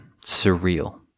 Surreal